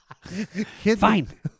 fine